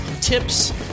tips